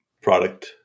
product